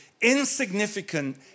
insignificant